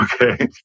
Okay